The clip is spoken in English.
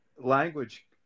Language